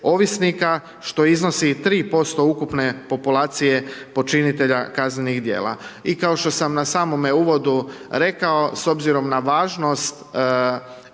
ovisnika, što iznosi 3% ukupne populacije počinitelja kaznenih djela. I kao što sam na samome uvodu rekao, s obzirom na važnost